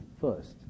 first